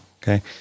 Okay